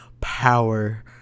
power